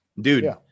dude